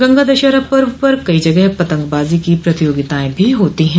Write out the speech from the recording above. गंगा दशहरा पर्व पर कई जगह पतंगबाजी की प्रतियोगिताएं भी होती है